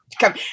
come